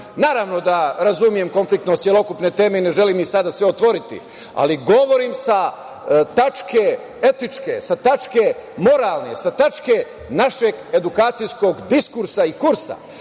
da razumem konfliktnost celokupne teme i ne želim i sada sve otvoriti, ali govorim sa tačke etičke, sa tačke moralne, sa tačke našeg edukacijskog diskursa i kursa,